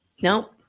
Nope